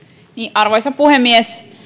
arvoisa puhemies